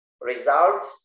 results